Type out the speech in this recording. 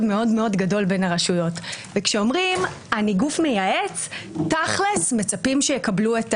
אבל אני רוצה להסתכל לרגע מהפרספקטיבה שלך